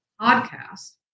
podcast